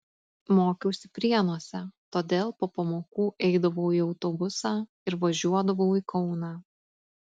mokiausi prienuose todėl po pamokų eidavau į autobusą ir važiuodavau į kauną